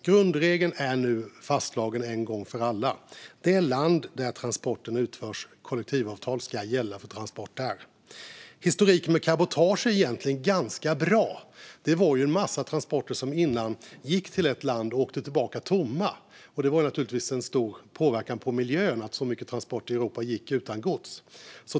Grundregeln är nu fastslagen en gång för alla: Kollektivavtalet i det land där transporten utförs ska gälla för transport där. Historiken med cabotage är egentligen ganska bra. Det var ju en massa transporter som tidigare gick till ett land och åkte tillbaka tomma, och det innebar naturligtvis en stor påverkan på miljön att så många transporter i Europa gick utan gods.